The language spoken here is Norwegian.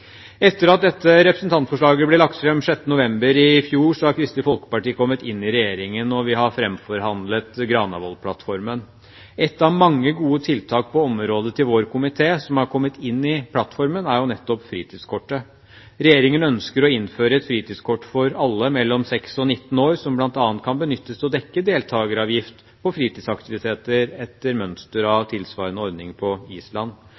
Etter at dette representantforslaget ble lagt frem 6. november i fjor, har Kristelig Folkeparti kommet inn i regjeringen, og vi har framforhandlet Granavolden-plattformen. Et av mange gode tiltak på området til vår komite som har kommet inn i plattformen, er fritidskortet. Regjeringen ønsker å innføre et fritidskort for alle mellom 6 og 19 år, som bl.a. kan benyttes til å dekke deltakeravgift på fritidsaktiviteter, etter mønster av en tilsvarende ordning på Island.